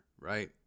right